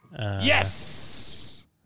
Yes